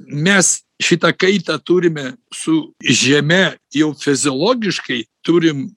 mes šitą kaitą turime su žeme jau feziologiškai turim